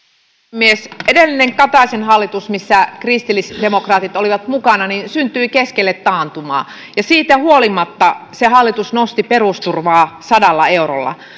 puhemies edellinen hallitus kataisen hallitus kristillisdemokraatit olivat mukana siinä syntyi keskelle taantumaa ja siitä huolimatta se hallitus nosti perusturvaa sadalla eurolla